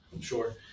Sure